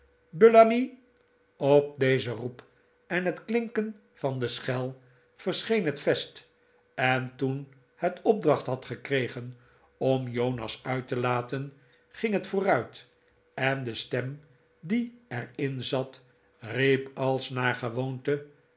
bullamy op dezen roep en het klinken van de schel verscheen het vest en toen het opdracht had gekregen om jonas uit te laten ging het vooruit en de stem die er in zat riep als naar gewoonte